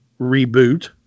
reboot